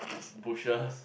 bushers